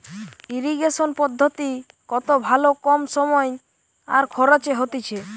irrigation পদ্ধতি কত ভালো কম সময় আর খরচে হতিছে